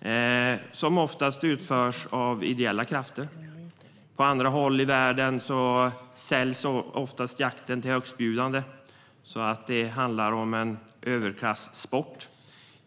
Jakten utförs oftast av ideella krafter. På andra håll i världen säljs oftast jakten till högstbjudande, vilket gör att det handlar om en överklassport.